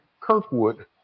Kirkwood